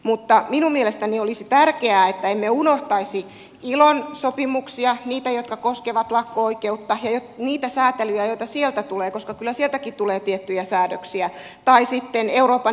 mutta minun mielestäni olisi tärkeää että emme unohtaisi ilon sopimuksia niitä jotka koskevat lakko oikeutta ja niitä säätelyjä joita sieltä tulee koska kyllä sieltäkin tulee tiettyjä säädöksiä tai sitten euroopan ihmisoikeussopimusta